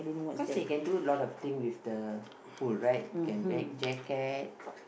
cause they can do a lot of thing with the wool right can make jacket